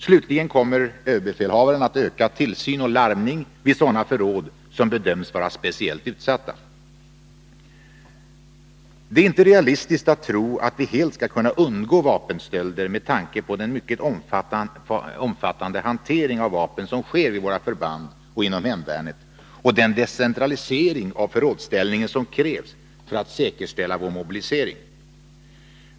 Slutligen kommer ÖB att öka tillsyn och larmning vid sådana förråd som bedöms vara speciellt utsatta. Det är inte realistiskt att tro att vi helt skall kunna undgå vapenstölder med tanke på den mycket omfattande hantering som sker vid våra förband och inom hemvärnet och den decentralisering av förrådsställningen som krävs för att säkerställa vår mobilisering.